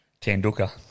Tanduka